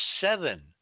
seven